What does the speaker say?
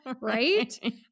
Right